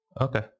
Okay